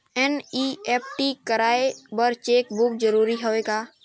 NEFT कराय बर cheque book जरूरी हवय का?